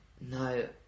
No